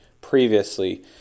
previously